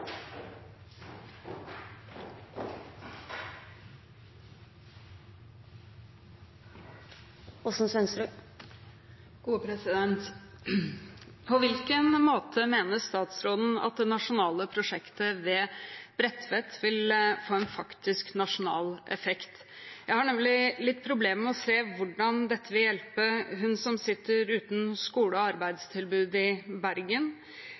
På hvilken måte mener statsråden at det nasjonale prosjektet ved Bredtveit vil få en faktisk nasjonal effekt? Jeg har nemlig litt problemer med å se hvordan dette vil hjelpe hun som sitter uten skole- og arbeidstilbud i Bergen,